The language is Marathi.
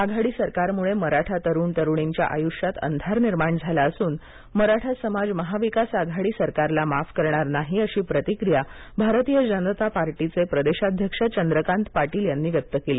आघाडी सरकारमुळे मराठा तरूण तरुणींच्या आयुष्यात अंधार निर्माण झाला असून मराठा समाज महाविकास आघाडी सरकारला माफ करणार नाहीअशी प्रतिक्रिया भारतीय जनता पार्टीचे प्रदेशाध्यक्ष चंद्रकांत पाटील यांनी व्यक्त केली